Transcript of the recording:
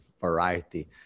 variety